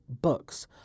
books